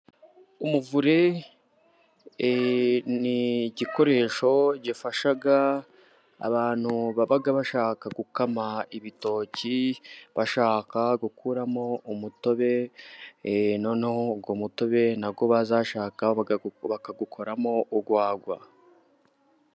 Umuvure e ni igikoresho gifasha abantu baba bashaka gukama ibitoki, bashaka gukuramo umutobe, noneho uwo mutobe nabwo bazashaka bakawukoramo urwagwa.